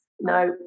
No